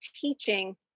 teaching